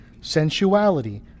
sensuality